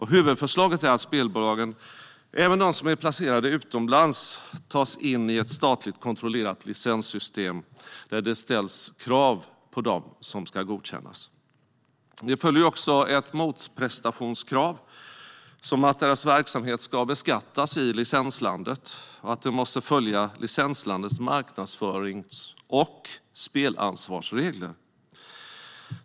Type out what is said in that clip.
Huvudförslaget är alltså att spelbolagen, även de som är placerade utomlands, tas in i ett statligt kontrollerat licenssystem där det ställs krav på vilka som ska godkännas. Med licenser följer också ett antal motprestationskrav, som att spelbolagens verksamhet ska beskattas i licenslandet och att de måste följa licenslandets marknadsförings och spelansvarsregler.